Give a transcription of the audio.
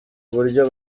uburyo